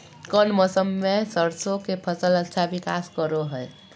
कौन मौसम मैं सरसों के फसल अच्छा विकास करो हय?